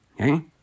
okay